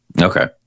Okay